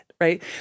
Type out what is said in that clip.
right